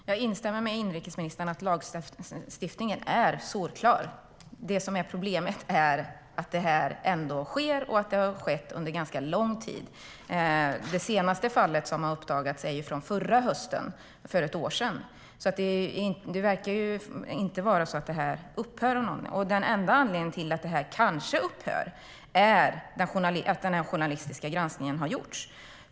Herr talman! Jag instämmer med inrikesministern om att lagstiftningen är solklar. Det som är problemet är att detta ändå sker och har skett under ganska lång tid. Det senaste fallet som har uppdagats är från förra hösten, för ett år sedan. Det verkar alltså inte som om detta upphör. Den enda anledningen till att detta kanske upphör är att denna journalistiska granskning har gjorts.